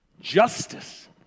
justice